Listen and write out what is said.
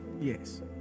Yes